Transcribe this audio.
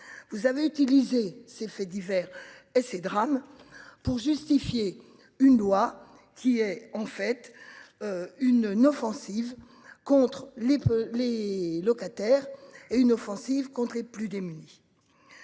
Vous avez utilisé ces faits divers et ces drames pour justifier une loi qui est en fait. Une une offensive contre les les locataires et une offensive contre les plus démunis.